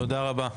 תודה רבה.